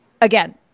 Again